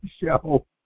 show